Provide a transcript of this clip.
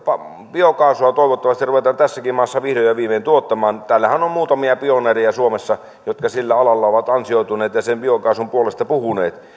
biokaasua toivottavasti ruvetaan tässäkin maassa vihdoin ja viimein tuottamaan täällähän on on muutamia pioneereja suomessa jotka sillä alalla ovat ansioituneet ja biokaasun puolesta puhuneet